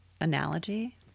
analogy